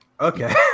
Okay